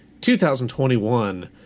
2021